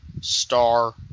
star